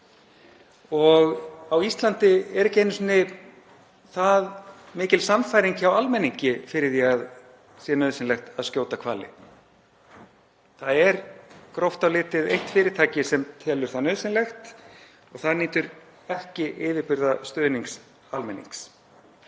og á Íslandi er ekki einu sinni það mikil sannfæring hjá almenningi fyrir því að það sé nauðsynlegt að skjóta hvali. Það er gróft á litið eitt fyrirtæki sem telur það nauðsynlegt og það nýtur ekki yfirburðastuðnings almennings.